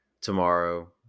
tomorrow